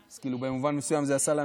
אז כאילו במובן מסוים זה עשה לנו,